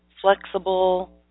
flexible